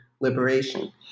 liberation